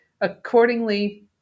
Accordingly